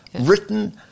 written